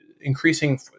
increasing